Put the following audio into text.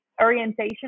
orientation